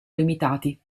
limitati